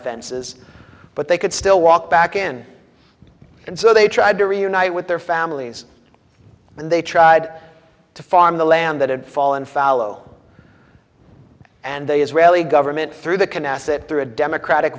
fences but they could still walk back in and so they tried to reunite with their families and they tried to farm the land that had fallen fallow and the israeli government through the knesset through a democratic